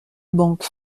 banques